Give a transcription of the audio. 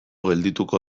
geldituko